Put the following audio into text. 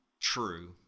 true